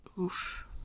Oof